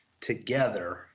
together